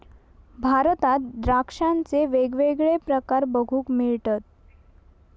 भारतात द्राक्षांचे वेगवेगळे प्रकार बघूक मिळतत